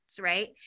right